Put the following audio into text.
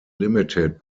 limited